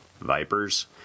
Vipers